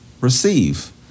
receive